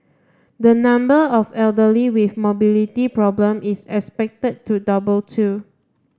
the number of elderly with mobility problem is expected to double too